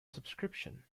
subscription